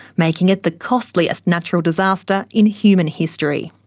making it the costliest natural disaster in human history.